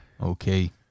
okay